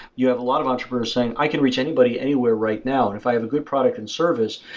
you have a lot of entrepreneurs saying, i can reach anybody anywhere right now. and if i have a good product and service,